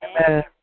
Amen